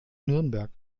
nürnberg